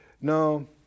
No